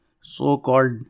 so-called